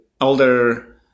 older